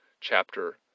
chapter